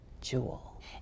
jewel